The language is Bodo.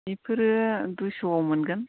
बेफोरो दुइस'आव मोनगोन